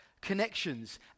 connections